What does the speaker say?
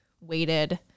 weighted